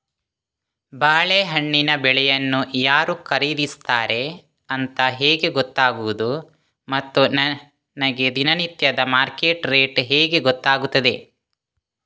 ಬಾಳೆಹಣ್ಣಿನ ಬೆಳೆಯನ್ನು ಯಾರು ಖರೀದಿಸುತ್ತಾರೆ ಅಂತ ಹೇಗೆ ಗೊತ್ತಾಗುವುದು ಮತ್ತು ನನಗೆ ದಿನನಿತ್ಯದ ಮಾರ್ಕೆಟ್ ರೇಟ್ ಹೇಗೆ ಗೊತ್ತಾಗುತ್ತದೆ?